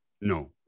no